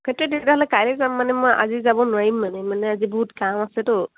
তাকে তেতিয়াহ'লে কাইলে যাম মানে মই আজি যাব নোৱাৰিম মানে মানে আজি বহুত কাম আছেতো